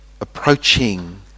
approaching